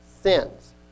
sins